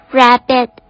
rabbit